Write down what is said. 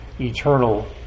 eternal